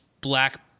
black